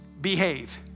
behave